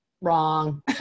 wrong